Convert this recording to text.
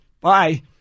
Bye